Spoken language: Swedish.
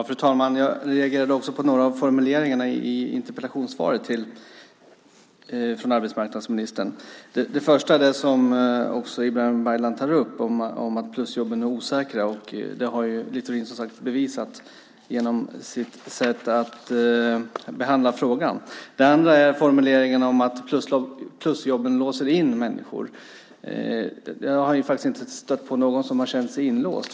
Fru talman! Jag reagerade också på några av formuleringarna i interpellationssvaret från arbetsmarknadsministern. Det första är det som också Ibrahim Baylan tog upp om att plusjobben är osäkra. Det har ju Littorin, som sagt, bevisat genom sitt sätt att behandla frågan. Det andra är formuleringen om att plusjobben låser in människor. Jag har faktiskt inte stött på någon som har känt sig inlåst.